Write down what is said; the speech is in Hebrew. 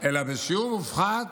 אלא בשיעור מופחת